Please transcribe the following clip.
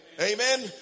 Amen